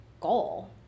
goal